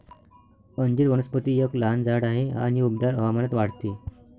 अंजीर वनस्पती एक लहान झाड आहे आणि उबदार हवामानात वाढते